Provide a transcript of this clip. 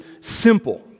simple